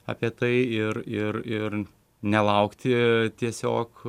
apie tai ir ir ir nelaukti tiesiog